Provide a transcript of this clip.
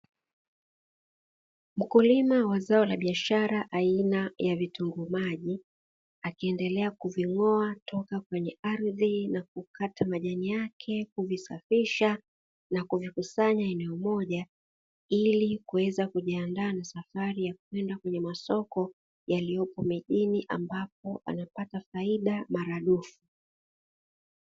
Mkulima wa zao la biashara aina ya vitunguu maji, akiendelea kuving’oa toka kwenye ardhi na kukata majani yake, kuvisafisha na kukusanya eneo moja, ili kuweza kujiandaa na safari ya kwenda kwenye masoko yaliyopo mijini ambapo anapata faida maradufu.